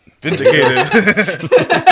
Vindicated